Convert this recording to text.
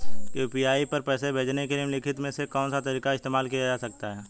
UPI पर पैसे भेजने के लिए निम्नलिखित में से कौन सा तरीका इस्तेमाल किया जा सकता है?